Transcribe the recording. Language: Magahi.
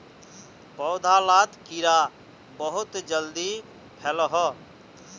पौधा लात कीड़ा बहुत जल्दी फैलोह